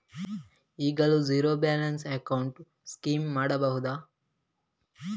ಈಗಲೂ zero balance account scheme ಮಾಡಬಹುದಾ?